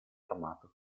armato